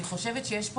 אני חושבת שיש פה,